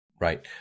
Right